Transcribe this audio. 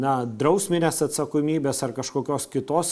na drausminės atsakomybės ar kažkokios kitos